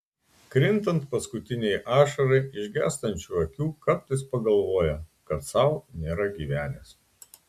krintant paskutinei ašarai iš gęstančių akių kartais pagalvoja kad sau nėra gyvenęs